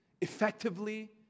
effectively